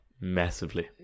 massively